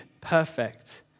perfect